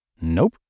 Nope